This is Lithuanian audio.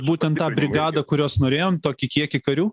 būtent tą brigadą kurios norėjom tokį kiekį karių